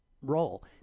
role